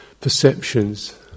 perceptions